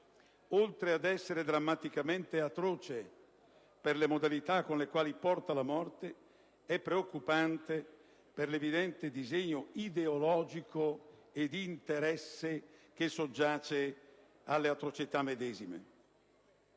oltre ad esser drammaticamente atroce per le modalità con le quali porta la morte, è preoccupante per l'evidente disegno ideologico e di interesse che soggiace alle atrocità medesime.